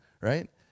right